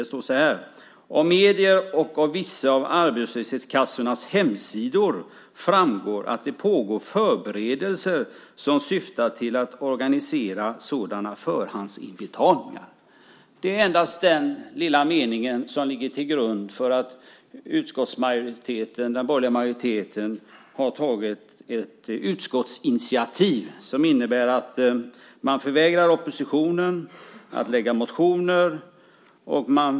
Det står så här: "Av medier och av vissa av arbetslöshetskassornas hemsidor framgår att det pågår förberedelser som syftar till att organisera sådana förhandsbetalningar." Det är endast den lilla meningen som ligger till grund för att utskottsmajoriteten har tagit ett utskottsinitiativ som innebär att man förvägrar oppositionen att lägga fram motioner.